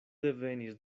devenis